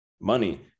money